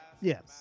Yes